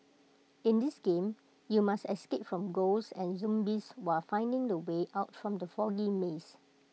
in this game you must escape from ghosts and zombies while finding the way out from the foggy maze